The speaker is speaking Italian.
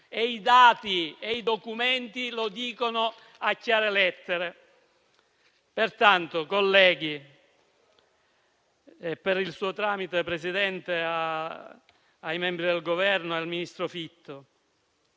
e i dati e i documenti lo dicono a chiare lettere. Pertanto, per il suo tramite, Presidente, mi rivolgo ai membri del Governo e al ministro Fitto: